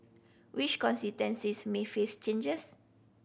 which may face changes